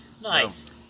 nice